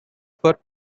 for